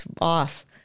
off